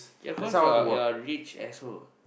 yeah cause you are you are a rich asshole